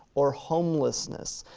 or homelessness,